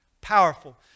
powerful